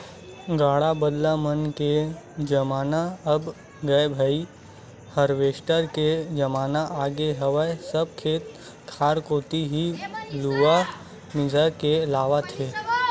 गाड़ा बदला मन के जमाना अब गय भाई हारवेस्टर के जमाना आगे हवय सब खेत खार कोती ही लुवा मिसा के लान देथे